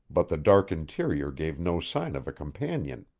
but the dark interior gave no sign of a companion.